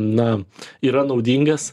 na yra naudingas